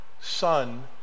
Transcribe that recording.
Son